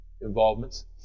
involvements